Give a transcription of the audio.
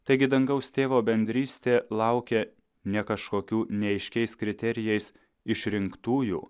taigi dangaus tėvo bendrystė laukia ne kažkokių neaiškiais kriterijais išrinktųjų